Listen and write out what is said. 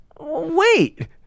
Wait